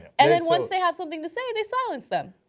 and and once they have something to say they silence them.